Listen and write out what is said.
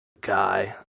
guy